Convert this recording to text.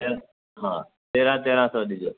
त हा तेरहं तेरहं सौ ॾिजो